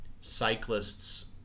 Cyclists